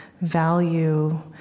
value